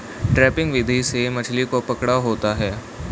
trapping विधि से मछली को पकड़ा होता है